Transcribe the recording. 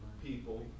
people